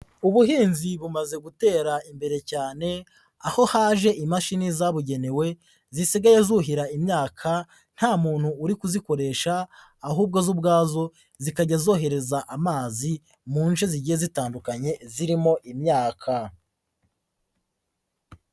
Ubuhinzi bumaze gutera imbere cyane aho haje imashini zabugenewe zisigaye zuhira imyaka nta muntu uri kuzikoresha ahubwo zo ubwazo zikajya zohereza amazi mu nshe zigiye zitandukanye zirimo imyaka.